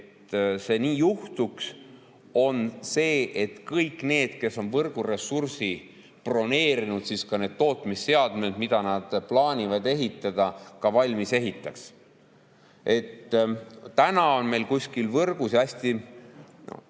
see nii juhtuks, on see, et kõik need, kes on võrguressursi broneerinud, need tootmisseadmed, mida nad plaanivad ehitada, ka valmis ehitaks. Täna on meil võrgu puhul